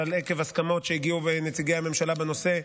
אבל עקב הסכמות שהגיעו אליהן נציגי הממשלה בנושא,